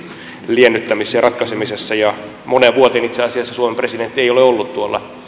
liennyttämisessä ja ratkaisemisessa moneen vuoteen itse asiassa suomen presidentti ei ole ollut